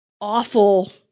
awful